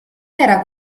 era